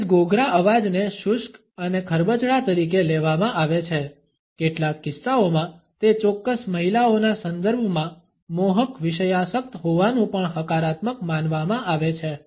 સહેજ ઘોઘરા અવાજને શુષ્ક અને ખરબચડા તરીકે લેવામાં આવે છે કેટલાક કિસ્સાઓમાં તે ચોક્કસ મહિલાઓના સંદર્ભમાં મોહક વિષયાસક્ત હોવાનું પણ હકારાત્મક માનવામાં આવે છે